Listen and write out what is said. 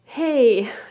Hey